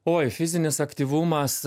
oi fizinis aktyvumas